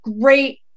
great